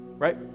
Right